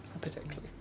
particularly